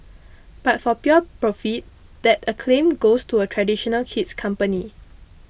but for pure profit that acclaim goes to a traditional kid's company